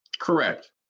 Correct